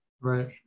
Right